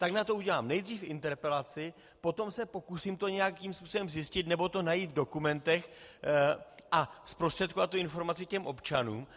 Tak na to udělám nejdřív interpelaci, potom se pokusím to nějakým způsobem zjistit nebo to najít v dokumentech a zprostředkovat tu informaci občanům.